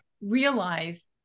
realize